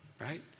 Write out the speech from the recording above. right